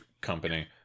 company